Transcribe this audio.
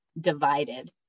divided